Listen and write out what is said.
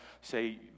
say